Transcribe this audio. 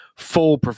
full